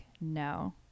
no